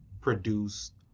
produced